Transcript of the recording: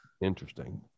interesting